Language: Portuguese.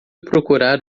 procurar